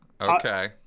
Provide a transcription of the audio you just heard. okay